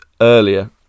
earlier